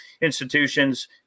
institutions